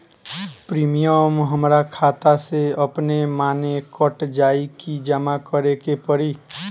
Premium हमरा खाता से अपने माने कट जाई की जमा करे के पड़ी?